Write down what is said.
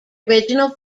original